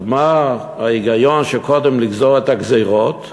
אז מה ההיגיון של קודם לגזור את הגזירות,